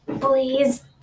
Please